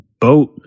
boat